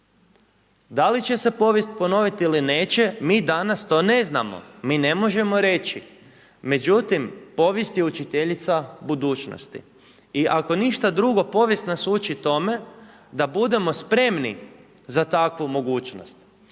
Da li će se povijest ponoviti ili neće mi danas to ne znamo. Mi ne možemo reći. Međutim, povijest je učiteljica budućnosti. I ako ništa drugo povijest nas uči tome da budemo spremni za takvu mogućnost.